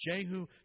Jehu